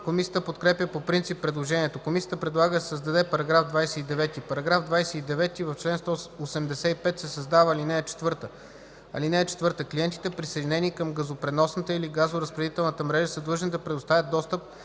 Комисията подкрепя по принцип предложението. Комисията предлага да се създаде § 29: „§ 29. В чл. 185 се създава ал. 4: „(4) Клиентите, присъединени към газопреносната или газоразпределителната мрежа, са длъжни да предоставят достъп